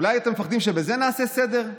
אולי אתם מפחדים שבזה נעשה סדר?